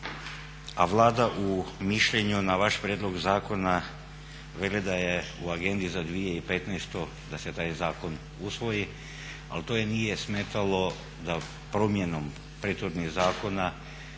a Vlada u mišljenju na vaš prijedlog zakona veli da je u agendi za 2015. da se taj zakon usvoji. Ali to je nije smetalo da promjenom prethodnih zakona